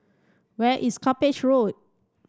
where is Cuppage Road